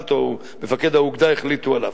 שהמח"ט או מפקד האוגדה החליטו עליו.